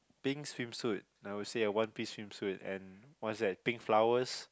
pink swimsuit I would say a one piece swimsuit and what's that pink flowers